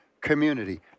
community